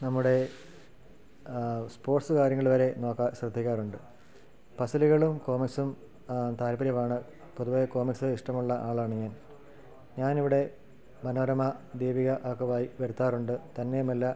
നമ്മുടെ സ്പോർട്സ് കാര്യങ്ങൾ വരെ നോക്കാൻ ശ്രദ്ധിക്കാറുണ്ട് പസിലുകളും കോമിക്സും താൽപര്യമാണ് പൊതുവേ കോമിക്സ് ഇഷ്ടമുള്ള ആളാണ് ഞാൻ ഞാനിവിടെ മനോരമ ദേവിക ഒക്കെ വായി വരുത്താറുണ്ട് തന്നെയുമല്ല